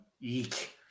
Eek